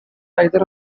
either